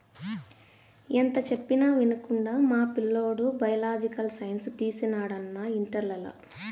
ఎంత చెప్పినా వినకుండా మా పిల్లోడు బయలాజికల్ సైన్స్ తీసినాడు అన్నా ఇంటర్లల